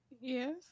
Yes